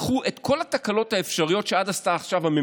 לקחו את כל התקלות האפשרויות שעד עכשיו עשתה הממשלה,